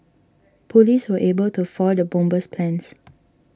police were able to foil the bomber's plans